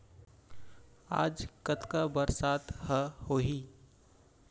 आज कतका बरसात ह होही?